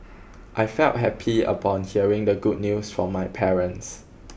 I felt happy upon hearing the good news from my parents